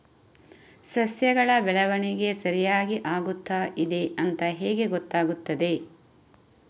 ಸಸ್ಯಗಳ ಬೆಳವಣಿಗೆ ಸರಿಯಾಗಿ ಆಗುತ್ತಾ ಇದೆ ಅಂತ ಹೇಗೆ ಗೊತ್ತಾಗುತ್ತದೆ?